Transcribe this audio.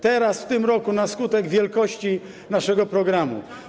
Teraz, w tym roku, na skutek wielkości naszego programu.